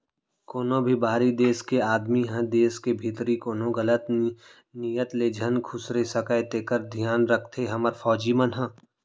कोनों भी बाहिरी देस के आदमी ह देस के भीतरी कोनो गलत नियत ले झन खुसरे सकय तेकर धियान राखथे हमर फौजी मन ह